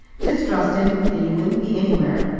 distrust him, and you wouldn't be anywhere.